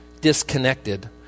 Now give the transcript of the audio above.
disconnected